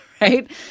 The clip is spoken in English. right